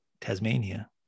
Tasmania